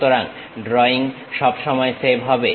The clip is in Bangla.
সুতরাং ড্রয়িং সবসময় সেভ হবে